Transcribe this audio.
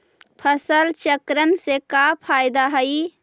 फसल चक्रण से का फ़ायदा हई?